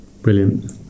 Brilliant